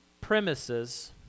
premises